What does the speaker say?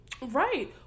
Right